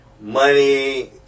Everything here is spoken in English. money